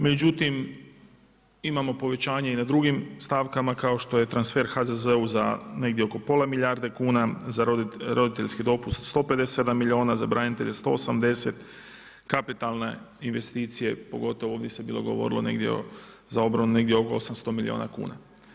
Međutim, imamo povećanje i na drugim stavkama kao što je transfer HZZO-u za negdje oko pola milijarde kuna, za roditeljski dopust 157 milijuna, za branitelje 180, kapitalne investicije pogotovo ovdje se bilo govorilo za obranu negdje oko 800 milijuna kuna.